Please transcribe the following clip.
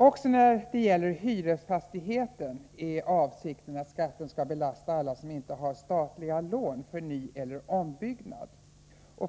Också när det gäller hyresfastigheter är avsikten att skatten skall belasta alla som inte har statliga lån för nyeller ombyggnad.